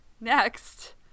next